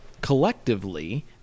collectively